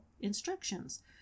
instructions